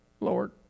Lord